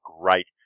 great